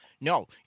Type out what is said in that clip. No